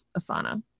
Asana